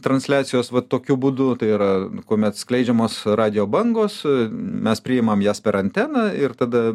transliacijos va tokiu būdu tai yra kuomet skleidžiamos radijo bangos mes priimam jas per anteną ir tada